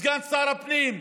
את סגן שר הפנים,